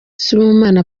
sibomana